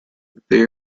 they